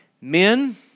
Men